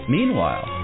Meanwhile